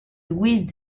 louise